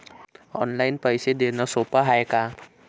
Online पैसे देण सोप हाय का?